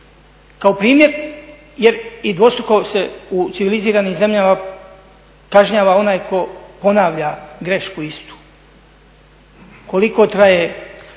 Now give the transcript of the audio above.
kao primjer. Jer i dvostruko se u civiliziranim zemljama kažnjava onaj tko ponavlja grešku istu. Koliko traje,